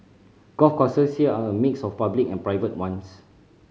golf courses here are a mix of public and private ones